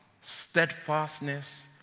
steadfastness